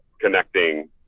connecting